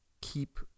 keep